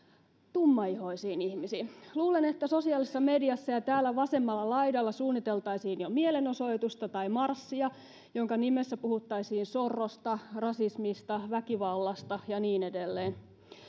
tummaihoisiin ihmisiin luulen että sosiaalisessa mediassa ja täällä vasemmalla laidalla suunniteltaisiin jo mielenosoitusta tai marssia jonka nimessä puhuttaisiin sorrosta rasismista väkivallasta ja niin edelleen